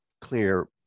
clear